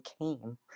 came